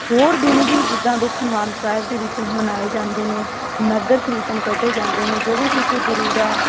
ਹੋਰ ਦਿਨ ਵੀ ਜਿੱਦਾਂ ਦੁੱਖ ਨਿਵਾਰਨ ਸਾਹਿਬ ਦੇ ਵਿੱਚ ਮਨਾਏ ਜਾਂਦੇ ਨੇ ਨਗਰ ਕੀਰਤਨ ਕੱਢੇ ਜਾਂਦੇ ਨੇ ਜਦੋਂ ਕਿਸੇ ਗੁਰੂ ਦਾ